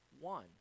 one